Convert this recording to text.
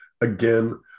again